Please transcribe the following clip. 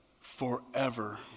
forever